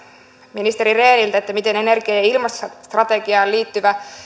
ministeri rehniltä miten energia ja ja ilmastostrategiaan liittyvä